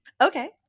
Okay